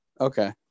Okay